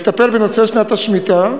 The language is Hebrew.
לטפל בנושא שנת השמיטה.